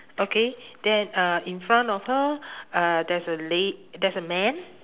okay then uh in front of her uh there's a la~ there's a man